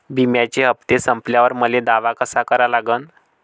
बिम्याचे हप्ते संपल्यावर मले दावा कसा करा लागन?